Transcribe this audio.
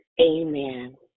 Amen